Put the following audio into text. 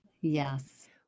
Yes